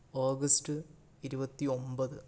August ഇരുപത്തിയൊമ്പത്